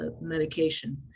medication